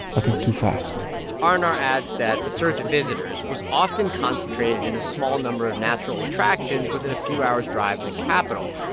i think, too fast arnar adds that the surge of visitors was often concentrated in a small number of natural attractions within a few hours' drive of the capital,